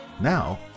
Now